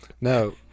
No